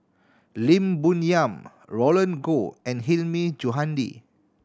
Lim Bo Yam Roland Goh and Hilmi Johandi